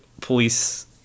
police